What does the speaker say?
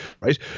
Right